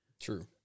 True